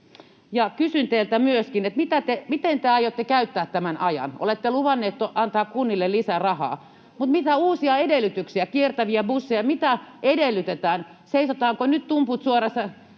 kysyn teiltä myöskin, että miten te aiotte käyttää tämän ajan. Olette luvanneet antaa kunnille lisää rahaa, mutta mitä uusia edellytyksiä, kiertäviä busseja, mitä edellytetään? Seisotaanko nyt tumput suorassa